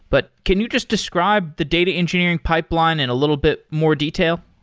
but can you just describe the data engineering pipeline in a little bit more detail?